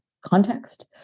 context